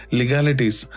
legalities